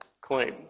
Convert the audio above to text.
claim